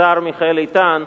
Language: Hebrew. לשר מיכאל איתן.